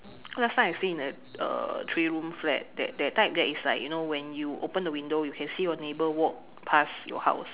because last time I stay in a uh three room flat that that type that is like you know when you open the window you can see your neighbor walk pass your house